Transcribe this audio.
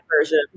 version